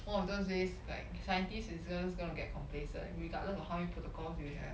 one of those days like scientists is just going to get complacent regardless of how many protocols you have